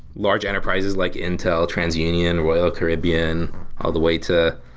large enterprises like intel, trans union, royal caribbean all the way to